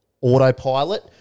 autopilot